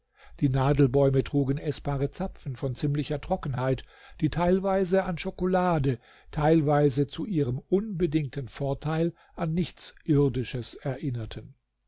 die nadelbäume trugen eßbare zapfen von ziemlicher trockenheit die teilweise an schokolade teilweise zu ihrem unbedingten vorteil an nichts irdisches erinnerten